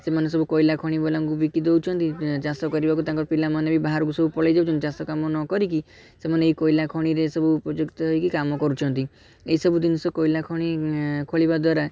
ସେମାନେ ସବୁ କୋଇଲା ଖଣିବାଲାଙ୍କୁ ବିକି ଦେଉଛନ୍ତି ଚାଷ କରିବା ପାଇଁ ତାଙ୍କ ପିଲାମାନେ ବି ବାହରକୁ ସବୁ ପଳାଇ ଯାଉଛନ୍ତି ଚାଷକାମ ନକରିକି ସେମାନେ ଏଇ କୋଇଲା ଖଣିରେ ସବୁ ଉପଯୁକ୍ତ ହେଇକି କାମ କରୁଛନ୍ତି ଏଇସବୁ ଜିନିଷ କୋଇଲା ଖଣି ଖୋଳିବା ଦ୍ୱାରା